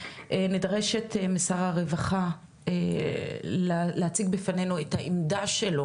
נדרשת משר הרווחה להציג בפנינו את העמדה שלו,